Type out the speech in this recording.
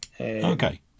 Okay